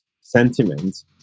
sentiment